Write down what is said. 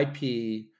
IP